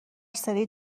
سری